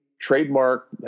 trademark